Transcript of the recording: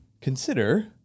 consider